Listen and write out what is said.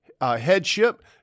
headship